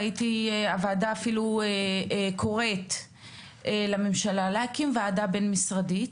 והוועדה אפילו קוראת לממשלה להקים ועדה בין-משרדית,